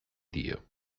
dio